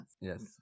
Yes